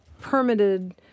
permitted